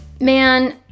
Man